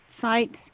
sites